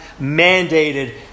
mandated